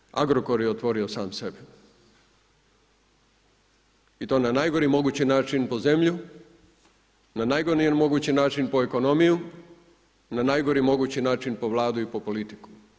Prema tome, Agrokor je otvorio sam sebe i to na najgori mogući način po zemlju, na najgori mogući način po ekonomiju, na najgori mogući način po Vladu i po politiku.